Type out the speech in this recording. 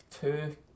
two